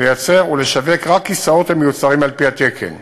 לייצר ולשווק רק כיסאות המיוצרים על-פי התקן.